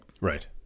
right